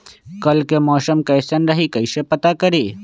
कल के मौसम कैसन रही कई से पता करी?